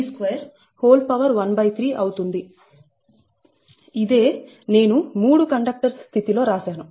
ఇదే నేను 3 కండక్టర్స్ స్థితి లో రాసాను